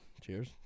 Cheers